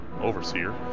overseer